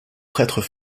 prêtres